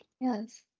yes